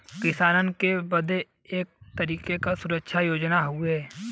किसानन बदे एक तरीके के सुरक्षा योजना हउवे